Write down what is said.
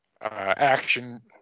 action